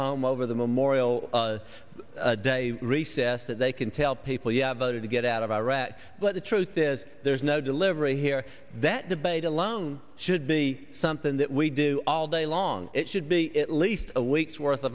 home over the memorial day recess that they can tell people you voted to get out of iraq but the truth is there's no delivery here that debate alone should be something that we do all day long it should be least a week's worth